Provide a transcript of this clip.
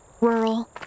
rural